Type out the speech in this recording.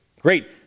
Great